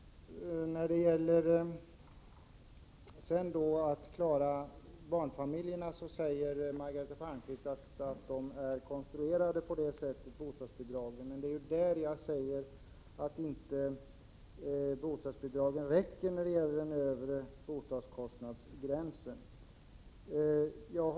Margareta Palmqvist säger att bostadsbidragen är konstruerade för att klara barnfamiljernas behov. Jag säger att bostadsbidragen inte räcker för deras del då det handlar om den övre bostadskostnadsgränsen.